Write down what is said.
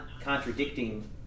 contradicting